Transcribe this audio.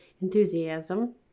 enthusiasm